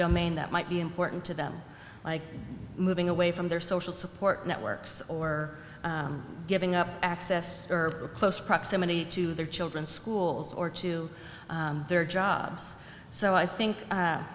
domain that might be important to them like moving away from their social support networks or giving up access or close proximity to their children's schools or to their jobs so i think